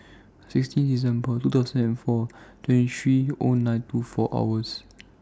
sixteen December two thousand and four twenty three O nine two four hours